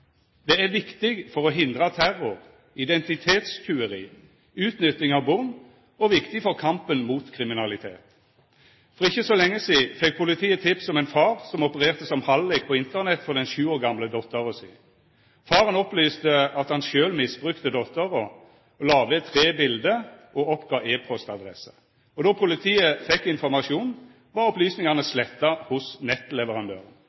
Det er viktig for å hindra terror, identitetstjuveri, utnytting av born, og viktig for kampen mot kriminalitet. For ikkje så lenge sidan fekk politiet tips om ein far som opererte som hallik på Internett for den sju år gamle dottera si. Faren opplyste at han sjølv misbrukte dottera, la ved tre bilete og oppgav e-postadresse. Då politiet fekk informasjonen, var opplysningane